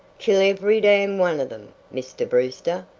kill every damned one of them, mr. brewster,